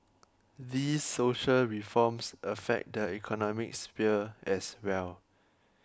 these social reforms affect the economic sphere as well